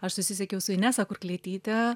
aš susisiekiau su inesa kurklietyte